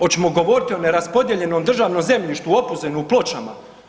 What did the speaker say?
Oćemo govoriti o neraspodijeljenom državnom zemljištu u Opuzenu, u Pločama?